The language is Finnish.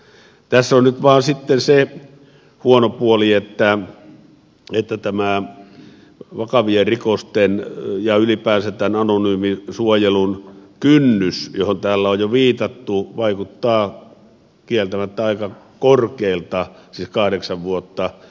tässä on nyt vain sitten se huono puoli että tämä vakavien rikosten ja ylipäänsä tämän anonyymin suojelun kynnys johon täällä on jo viitattu vaikuttaa kieltämättä aika korkealta siis kahdeksan vuotta